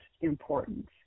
importance